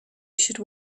should